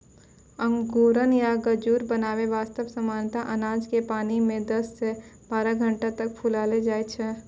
अंकुरण या गजूर बनाय वास्तॅ सामान्यतया अनाज क पानी मॅ दस सॅ बारह घंटा तक फुलैलो जाय छै